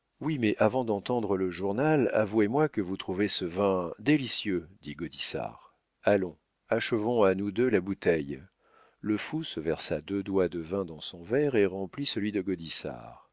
oui mais avant d'entendre le journal avouez-moi que vous trouvez ce vin délicieux dit gaudissart allons achevons à nous deux la bouteille le fou se versa deux doigts de vin dans son verre et remplit celui de